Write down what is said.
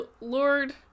Lord